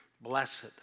Blessed